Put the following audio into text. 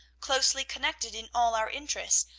closely connected in all our interests,